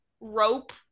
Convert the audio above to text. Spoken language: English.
rope